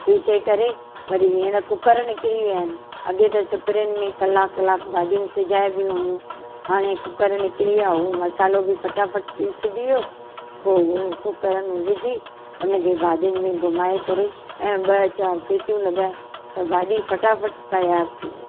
पीसे करे वरी हींअर कुकर निकिरी विया आहिनि अॻिए त सिपड़ियुनि में कलाकु कलाकु भाॼियूं सिझाइबियूं हुइयूं हाणे कुकर निकिरी विया उहो मसालो बि फटाफट पीसिजी वियो पोइ उहो कुकर में विझी उनखें भाॼी में घुमाए करे ऐं ॿ चारि सिटियूं लगाए त भाॼी फटाफट तयार थी वेई